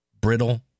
brittle